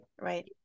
Right